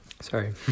Sorry